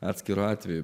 atskiru atveju